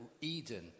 Eden